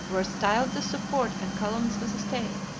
were styled the support and columns of the state,